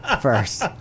first